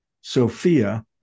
Sophia